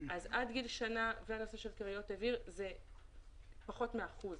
עד גיל שנה זה הנושא של כריות אוויר זה פחות מאחוז,